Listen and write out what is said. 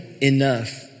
enough